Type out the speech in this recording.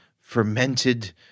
fermented